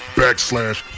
backslash